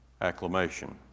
acclamation